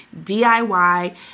DIY